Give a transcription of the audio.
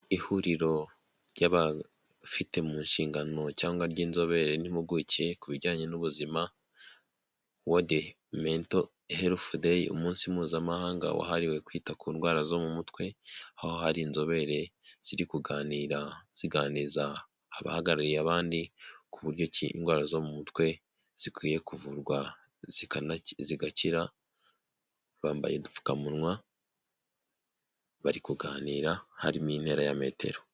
Ihuriro ry'abafite mu nshingano cyangwa ry'inzobere n'impuguke ku bijyanye n'ubuzima " World Mental Health Day " umunsi mpuzamahanga wahariwe kwita ku ndwara zo mu mutwe. Aho hari inzobere ziri kuganira, ziganiriza abahagarariye abandi, ku buryo ki indwara zo mu mutwe zikwiye kuvurwa zigakira. Bambaye udupfukamunwa, bari kuganira harimo intera ya metero